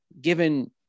given